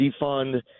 defund